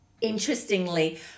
Interestingly